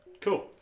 cool